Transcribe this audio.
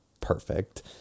perfect